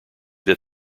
that